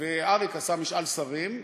ואריק עשה משאל שרים.